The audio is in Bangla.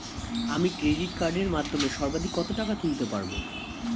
আমি ক্রেডিট কার্ডের মাধ্যমে সর্বাধিক কত টাকা তুলতে পারব?